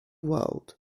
world